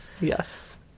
yes